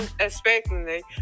unexpectedly